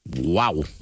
Wow